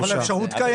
אבל האפשרות קיימת.